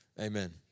Amen